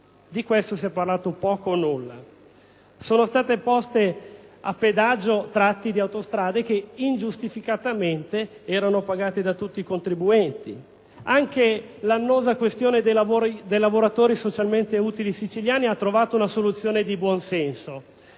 Di questo si è parlato poco o nulla. Sono state poste a pedaggio tratte di autostrada che ingiustificatamente erano pagate da tutti i contribuenti. Anche l'annosa questione dei lavoratori socialmente utili siciliani ha trovato una soluzione di buonsenso.